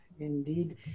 Indeed